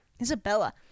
Isabella